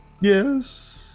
Yes